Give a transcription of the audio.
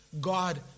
God